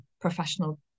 professional